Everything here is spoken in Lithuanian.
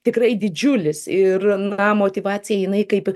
tikrai didžiulis ir na motyvacija jinai kaip